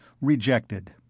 rejected